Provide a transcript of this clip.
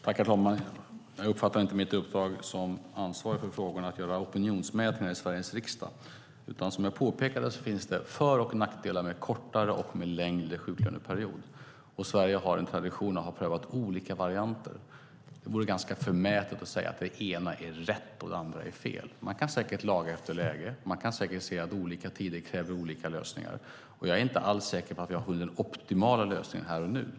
Herr talman! Jag uppfattar inte att det i mitt uppdrag som ansvarig för frågorna ingår att göra opinionsmätningar i Sveriges riksdag. Som jag påpekade finns det för och nackdelar med en kortare och med en längre sjuklöneperiod. Sverige har en tradition av att ha prövat olika varianter. Det vore ganska förmätet att säga att det ena är rätt och det andra är fel. Man kan säkert laga efter läge, och man kan säkert se att olika tider kräver olika lösningar. Jag är inte alls säker på att vi har den optimala lösningen här och nu.